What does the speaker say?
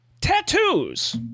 Tattoos